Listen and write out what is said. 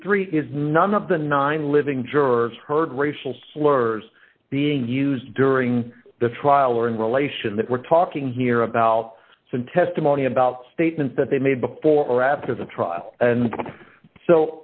three is none of the nine living jurors heard racial slurs being used during the trial or in relation that we're talking here about some testimony about statements that they made before or after the trial and